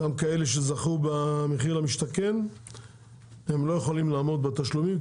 גם כאלה שזכו במחיר למשתכן והם לא יכולים לעמוד בתשלומים.